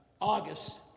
August